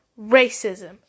racism